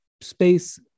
space